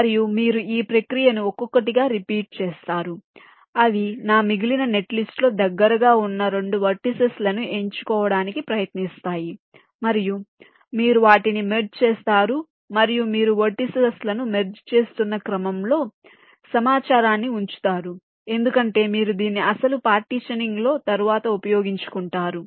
మరియు మీరు ఈ ప్రక్రియను ఒక్కొక్కటిగా రిపీట్ చేస్తారు అవి నా మిగిలిన నెట్లిస్ట్లో దగ్గరగా ఉన్న 2 వెర్టిసిస్ లను ఎంచుకోవడానికి ప్రయత్నిస్తాయి మరియు మీరు వాటిని మెర్జ్ చేస్తారు మరియు మీరు వెర్టిసిస్ లను మెర్జ్ చేస్తున్న క్రమంలో సమాచారాన్ని ఉంచుతారు ఎందుకంటే మీరు దీన్ని అసలు పార్టీషనింగ్ లో తరువాత ఉపయోగించుకుంటారు